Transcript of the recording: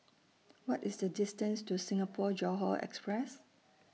What IS The distance to Singapore Johore Express